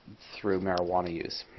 through marijuana use.